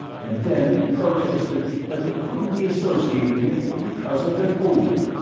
and then protested that they couldn't be associated with because of their odor.